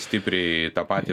stipriai tą patį